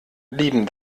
lieben